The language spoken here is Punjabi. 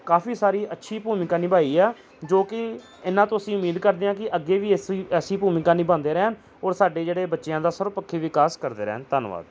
ਕਾਫ਼ੀ ਸਾਰੀ ਅੱਛੀ ਭੂਮਿਕਾ ਨਿਭਾਈ ਆ ਜੋ ਕਿ ਇਨ੍ਹਾਂ ਤੋਂ ਅਸੀਂ ਉਮੀਦ ਕਰਦੇ ਹਾਂ ਕਿ ਅੱਗੇ ਵੀ ਐਸੁਈ ਐਸੀ ਭੂਮਿਕਾ ਨਿਭਾਉਂਦੇ ਰਹਿਣ ਔਰ ਸਾਡੇ ਜਿਹੜੇ ਬੱਚਿਆਂ ਦਾ ਸਰਵਪੱਖੀ ਵਿਕਾਸ ਕਰਦੇ ਰਹਿਣ ਧੰਨਵਾਦ